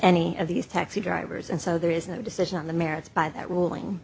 any of these taxi drivers and so there is no decision on the merits by that ruling